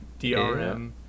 DRM